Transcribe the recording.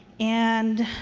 and